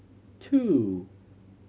two